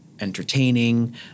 entertaining